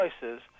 choices